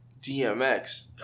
DMX